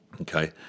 okay